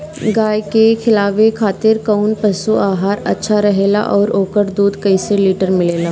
गाय के खिलावे खातिर काउन पशु आहार अच्छा रहेला और ओकर दुध कइसे लीटर मिलेला?